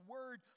Word